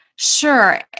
Sure